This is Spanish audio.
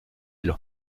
los